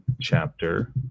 chapter